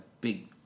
big